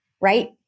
right